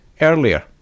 earlier